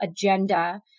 agenda